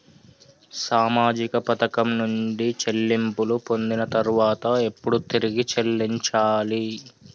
సామాజిక పథకం నుండి చెల్లింపులు పొందిన తర్వాత ఎప్పుడు తిరిగి చెల్లించాలి?